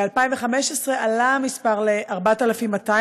ב-2015 עלה המספר ל-4,200,